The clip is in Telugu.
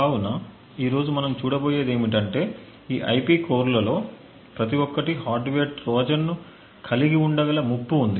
కావున ఈ రోజు మనం చూడబోయేది ఏమిటంటే ఈ ఐపి కోర్లలో ప్రతి ఒక్కటి హార్డ్వేర్ ట్రోజన్ను కలిగి ఉండగల ముప్పు ఉంది